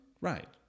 Right